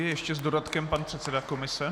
Ještě s dodatkem pan předseda komise.